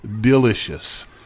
delicious